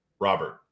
Robert